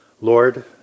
Lord